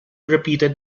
repeated